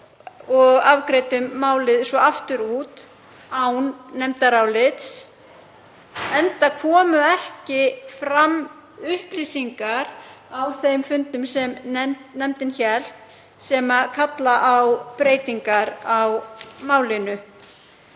og afgreiddum málið svo aftur út án nefndarálits, enda komu ekki fram upplýsingar á þeim fundum sem nefndin hélt, sem kalla á breytingar á málinu.